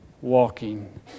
walking